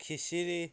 খিচিৰি